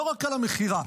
לא רק על המכירה,